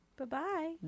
Bye-bye